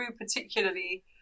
particularly